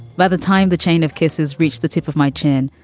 by the time the chain of kisses reached the tip of my chin,